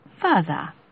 further